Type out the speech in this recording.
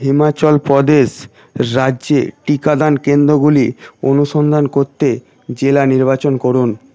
হিমাচল প্রদেশ রাজ্যে টিকাদান কেন্দ্রগুলি অনুসন্ধান করতে জেলা নির্বাচন করুন